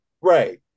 Right